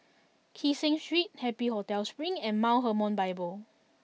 Kee Seng Street Happy Hotel Spring and Mount Hermon Bible